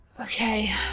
Okay